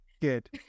good